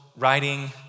Writing